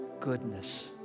goodness